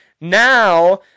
Now